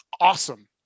awesome